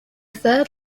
third